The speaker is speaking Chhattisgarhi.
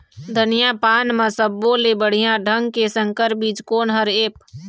धनिया पान म सब्बो ले बढ़िया ढंग के संकर बीज कोन हर ऐप?